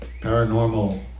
paranormal